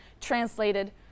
translated